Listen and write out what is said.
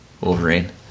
Wolverine